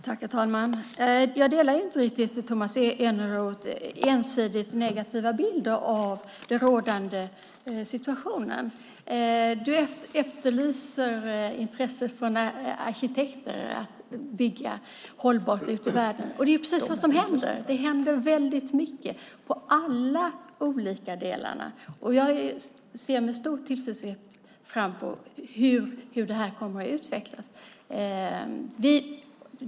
Herr talman! Jag delar inte riktigt Tomas Eneroths ensidigt negativa bild av den rådande situationen. Du efterlyser intresse från arkitekter att bygga hållbart ute i världen. Det är ju precis vad som händer. Det händer väldigt mycket i alla olika delar. Jag ser med stor tillförsikt fram emot hur detta kommer att utvecklas.